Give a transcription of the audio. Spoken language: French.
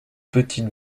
petites